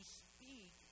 speak